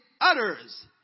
others